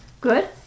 good